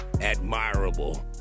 admirable